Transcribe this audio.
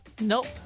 Nope